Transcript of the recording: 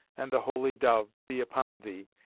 and the holy dove, be upon thee,